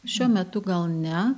šiuo metu gal ne